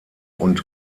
und